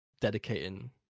dedicating